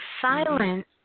silence